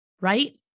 right